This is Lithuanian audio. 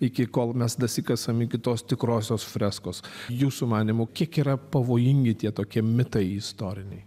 iki kol mes dasikasam iki tos tikrosios freskos jūsų manymu kiek yra pavojingi tie tokie mitai istoriniai